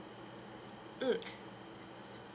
mm